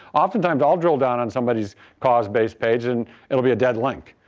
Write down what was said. oftentimes, i will drill down on somebody's cause-based page and it will be a dead link,